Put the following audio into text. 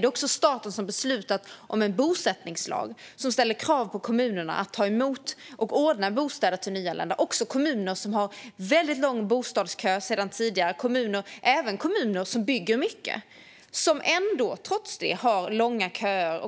Det är också staten som beslutat om en bosättningslag som ställer krav på kommunerna att ta emot och ordna bostäder till nyanlända, också kommuner som har väldigt lång bostadskö sedan tidigare. Även kommuner som bygger mycket har trots det